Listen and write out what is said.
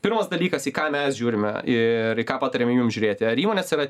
pirmas dalykas į ką mes žiūrime ir į ką patariame jums žiūrėti ar įmonės yra